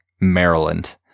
Maryland